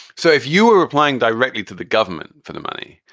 so if you were applying directly to the government for the money,